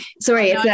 sorry